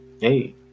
Hey